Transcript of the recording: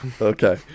Okay